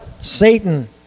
Satan